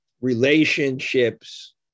relationships